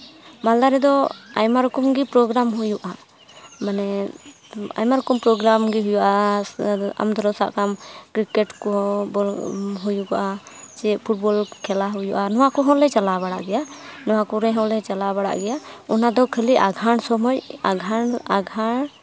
ᱵᱟᱝᱞᱟ ᱛᱮᱫᱚ ᱟᱭᱢᱟ ᱨᱚᱠᱚᱢ ᱜᱤ ᱯᱨᱳᱜᱨᱟᱢ ᱦᱩᱭᱩᱜᱼᱟ ᱢᱟᱱᱮ ᱟᱭᱢᱟ ᱨᱚᱠᱚᱢ ᱯᱨᱳᱜᱨᱟᱢ ᱜᱮ ᱦᱩᱭᱩᱜᱼᱟ ᱟᱢ ᱡᱮᱱᱚ ᱥᱟᱵ ᱠᱟᱢ ᱠᱨᱤᱠᱮᱴ ᱠᱚ ᱦᱩᱭᱩᱜᱚᱜᱼᱟ ᱥᱮ ᱯᱷᱩᱴᱵᱚᱞ ᱠᱷᱮᱞᱟ ᱦᱩᱭᱩᱜᱚᱜᱼᱟ ᱱᱚᱣᱟ ᱠᱚᱦᱚᱸᱞᱮ ᱪᱟᱞᱟᱣ ᱵᱟᱲᱟᱜ ᱜᱮᱭᱟ ᱱᱚᱣᱟ ᱠᱚᱨᱮ ᱦᱚᱸᱞᱮ ᱪᱟᱞᱟᱣ ᱵᱟᱲᱟᱜ ᱜᱮᱭᱟ ᱚᱱᱟ ᱫᱚ ᱠᱷᱟᱹᱞᱤ ᱟᱸᱜᱷᱟᱬ ᱥᱚᱢᱚᱭ ᱟᱸᱜᱷᱟᱬ ᱟᱸᱜᱷᱟᱬ